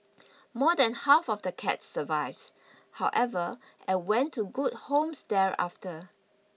more than half of the cats survived however and went to good homes there after